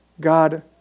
God